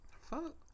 Fuck